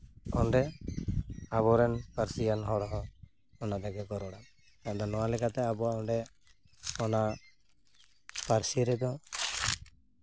ᱚᱸᱰᱮ ᱟᱵᱚ ᱨᱮᱱ ᱯᱟᱹᱨᱥᱤᱭᱟᱱ ᱦᱚᱲ ᱦᱚᱸ ᱚᱱᱟ ᱛᱮᱜᱮ ᱠᱚ ᱨᱚᱲᱟ ᱟᱫᱚ ᱱᱚᱣᱟ ᱞᱮᱠᱟᱛᱮ ᱟᱵᱚᱣᱟᱜ ᱚᱸᱰᱮ ᱚᱱᱟ ᱯᱟᱹᱨᱥᱤ ᱨᱮᱫᱚ